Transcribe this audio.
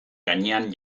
gainean